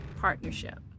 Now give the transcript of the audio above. partnership